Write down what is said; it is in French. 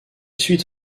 suit